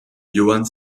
johann